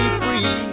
free